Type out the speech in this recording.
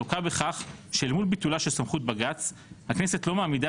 לוקה בכך שאל מול ביטולה של סמכות בג"צ הכנסת לא מעמידה